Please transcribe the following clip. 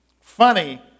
funny